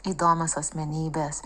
įdomios asmenybės